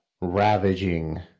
Ravaging